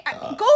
go